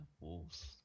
Wolves